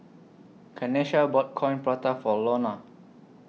Kanesha bought Coin Prata For Iona